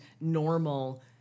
normal